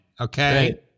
okay